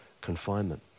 confinement